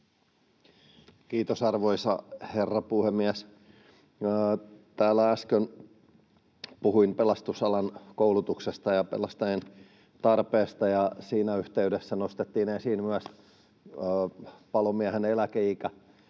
Kiitos, arvoisa herra puhemies! Täällä äsken puhuin pelastusalan koulutuksesta ja pelastajien tarpeesta, ja siinä yhteydessä nostettiin esiin myös palomiehen eläkeikä.